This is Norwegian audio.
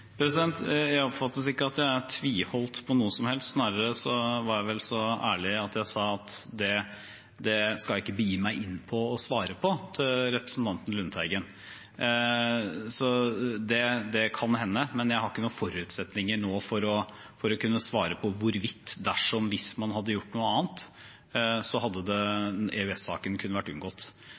Jeg oppfatter ikke at jeg tviholdt på noe som helst. Jeg var vel snarere så ærlig at jeg sa til representanten Lundteigen at det skal jeg ikke begi meg inn på å svare på. Det kan hende, men jeg har ikke noen forutsetninger nå for å kunne svare at hvorvidt, dersom eller hvis man hadde gjort noe annet, så hadde EØS-saken kunnet vært unngått. Jeg kan derimot si noe om hva denne saken handler om. Det